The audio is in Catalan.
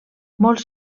molts